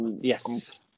Yes